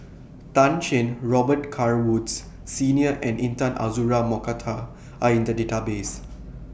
Tan Shen Robet Carr Woods Senior and Intan Azura Mokhtar Are in The Database